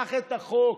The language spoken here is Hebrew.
ומשך את החוק.